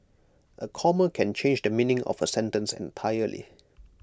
A comma can change the meaning of A sentence entirely